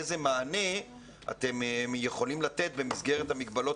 איזה מענה אתם יכולים לתת במסגרת המגבלות